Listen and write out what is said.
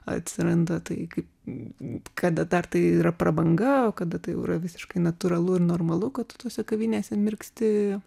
atsiranda tai kaip kada dar tai yra prabanga o kada tai yra jau visiškai natūralu ir normalu kad tu tose kavinėse mirksti